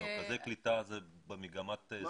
מרכזי הקליטה הם במגמת סגירה.